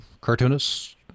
cartoonists